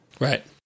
Right